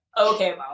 okay